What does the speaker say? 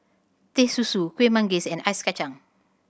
Teh Susu Kuih Manggis and Ice Kachang